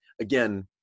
again